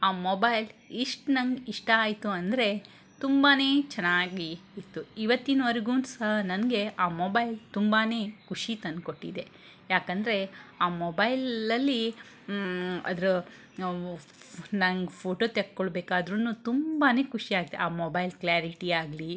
ಆ ಮೊಬೈಲ್ ಇಷ್ಟು ನಂಗೆ ಇಷ್ಟ ಆಯಿತು ಅಂದರೆ ತುಂಬಾ ಚೆನ್ನಾಗಿ ಇತ್ತು ಇವತ್ತಿನ್ವರ್ಗು ಸಹ ನನಗೆ ಆ ಮೊಬೈಲ್ ತುಂಬಾ ಖುಷಿ ತಂದ್ಕೊಟ್ಟಿದೆ ಯಾಕಂದರೆ ಆ ಮೊಬೈಲ್ಲಲ್ಲಿ ಅದರ ನಂಗೆ ಫೋಟೋ ತೆಕ್ಕೊಳ್ಬೇಕಾದ್ರು ತುಂಬಾ ಖುಷಿಯಾಯ್ತು ಆ ಮೊಬೈಲ್ ಕ್ಲ್ಯಾರಿಟಿ ಆಗಲಿ